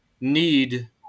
need